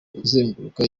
kuzenguruka